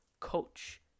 coach